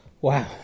Wow